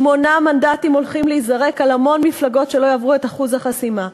שמונה מנדטים הולכים להיזרק על המון מפלגות שלא יעברו את אחוז החסימה.